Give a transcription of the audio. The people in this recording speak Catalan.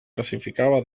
classificava